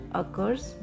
occurs